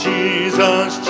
Jesus